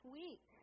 week